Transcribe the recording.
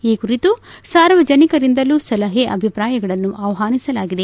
ಈ ಕುರಿತು ಸಾರ್ವಜನಿಕರಿಂದಲೂ ಸಲಹೆ ಅಭಿಪ್ರಾಯಗಳನ್ನು ಆಹ್ವಾನಿಸಲಾಗಿದೆ